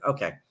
Okay